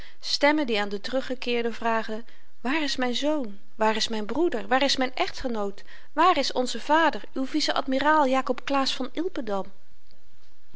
stemmen die aan de teruggekeerden vraagden waar is myn zoon waar is myn broeder waar is myn echtgenoot waar is onze vader uw vice-admiraal jakob claesz van